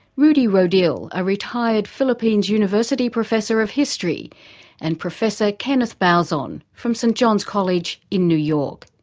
rudi rodil, a retired philippines university professor of history and professor kenneth bauzon from st john's college in new york.